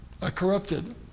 corrupted